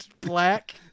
black